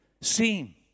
seem